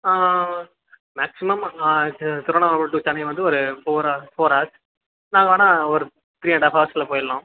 maximum Tiruvannamalai to Chennai வந்து ஒரு four four hours நாங்கள் வேணுனா ஒரு த்ரீ அண்ட் ஹாஃப் ஹவர்ஸில் போயிடலாம்